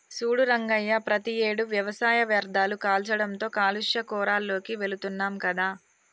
సూడు రంగయ్య ప్రతియేడు వ్యవసాయ వ్యర్ధాలు కాల్చడంతో కాలుష్య కోరాల్లోకి వెళుతున్నాం కదా